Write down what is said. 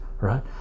right